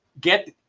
get